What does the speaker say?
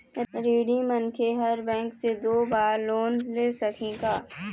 ऋणी मनखे हर बैंक से दो बार लोन ले सकही का?